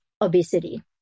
obesity